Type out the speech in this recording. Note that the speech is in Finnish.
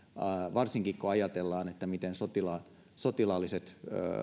varsinkin kun ajatellaan miten sotilaalliset